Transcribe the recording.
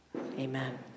amen